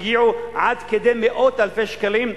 הגיעו עד מאות אלפי שקלים,